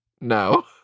No